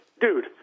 dude